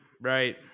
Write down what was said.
right